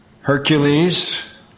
Hercules